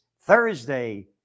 Thursday